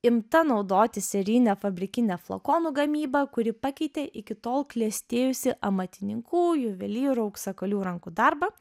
imta naudoti serijinė fabrikinė flakonų gamyba kuri pakeitė iki tol klestėjusį amatininkų juvelyrų auksakalių rankų darbą